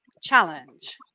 challenge